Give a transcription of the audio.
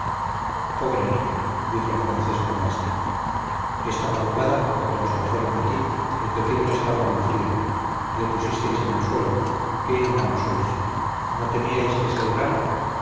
pobre niño dijo el francés con lástima esta madrugada cuando os trajeron aquí el pequeño estaba muy frío le pusisteis en el suelo qué inhumano sois no temíais que se helara